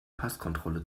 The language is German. passkontrolle